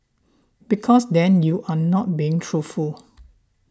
because then you're not being truthful